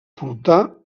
portà